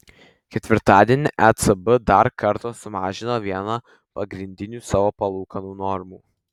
ketvirtadienį ecb dar kartą sumažino vieną pagrindinių savo palūkanų normų